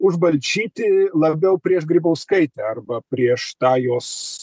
už balčytį labiau prieš grybauskaitę arba prieš tą jos